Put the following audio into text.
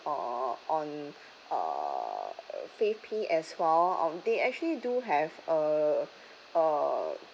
uh on uh favepay as well um they actually do have uh uh